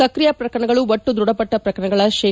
ಸಕ್ರಿಯ ಪ್ರಕರಣಗಳು ಒಟ್ಟು ದೃಢಪಟ್ಟ ಪ್ರಕರಣಗಳ ಶೇ